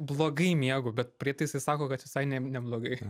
blogai miegu bet prietaisai sako kad visai ne neblogai